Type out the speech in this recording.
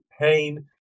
pain